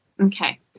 Okay